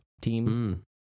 team